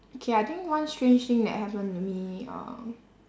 okay I think one strange thing that happened to me um